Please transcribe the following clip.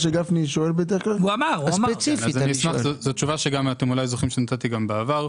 זו תשובה שאתם אולי זוכרים שנתתי גם בעבר,